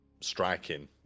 striking